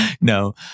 No